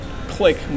click